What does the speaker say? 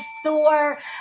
store